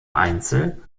einzel